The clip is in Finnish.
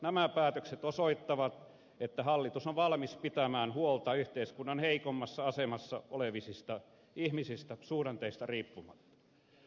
nämä päätökset osoittavat että hallitus on valmis pitämään huolta yhteiskunnan heikommassa asemassa olevista ihmisistä suhdanteista riippumatta